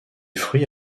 fruits